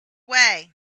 way